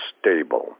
stable